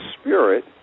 spirit